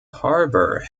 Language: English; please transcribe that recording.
harbor